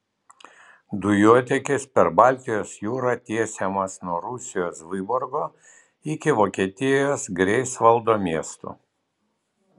dujotiekis per baltijos jūrą tiesiamas nuo rusijos vyborgo iki vokietijos greifsvaldo miestų